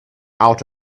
out